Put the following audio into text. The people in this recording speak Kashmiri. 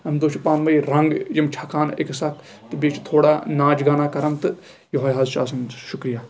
اَمہِ دۄہ چھِ پانہٕ ؤنۍ رنٛگ یِم چھکان أکِس اکھ بیٚیہِ چھِ تھوڑا ناچ گانا کران تہٕ یِہوے حظ چھُ آسان شُکرِیا